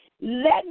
Let